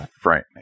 frightening